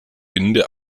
winde